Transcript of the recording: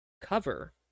cover